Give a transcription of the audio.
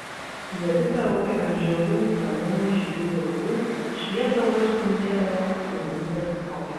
juodi perukai ant žilų senų žydžių galvų šviesdavo ir spindėdavo kaip jaunystės kaukė